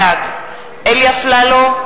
בעד אלי אפללו,